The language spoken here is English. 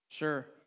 sure